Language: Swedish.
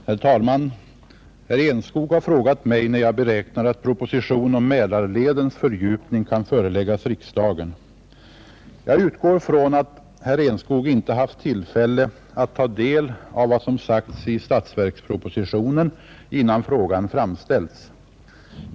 Herr talman! Herr Enskog har frågat mig när jag beräknar att proposition om Mälarledens fördjupning kan föreläggas riksdagen. Jag utgår från att herr Enskog inte haft tillfälle att ta del av vad som sagts i statsverkspropositionen, innan frågan framställts.